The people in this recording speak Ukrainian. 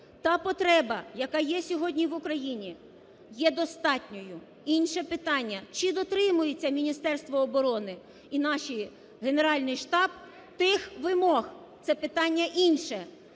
та потреба, яка є сьогодні в Україні, є достатньою. Інше питання, чи дотримується Міністерство оборони і наш Генеральний штаб тих вимог – це питання інше.